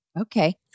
Okay